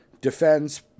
defends